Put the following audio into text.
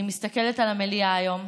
אני מסתכלת על המליאה היום,